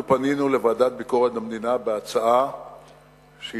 אנחנו פנינו לוועדת ביקורת המדינה בהצעה שייפתח